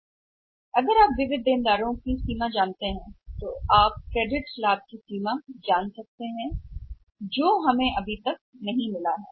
और यदि आप विविध देनदार की सीमा जानते हैं तो आप क्रेडिट लाभ की सीमा जानेंगे जो हमें अभी तक नहीं मिला है